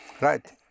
Right